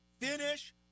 finish